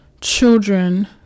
children